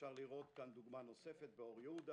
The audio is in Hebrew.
אפשר לראות כאן דוגמה נוספת באור יהודה